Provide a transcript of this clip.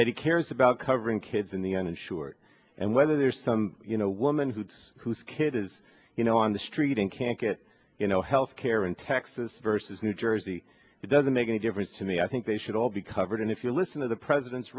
that he cares about covering kids and the uninsured and whether there's some you know woman who'd whose kid is you know on the street and can't get you know health care in texas versus new jersey it doesn't make any difference to me i think they should all be covered and if you listen to the president's